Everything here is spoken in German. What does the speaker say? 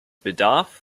bedarf